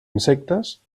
insectes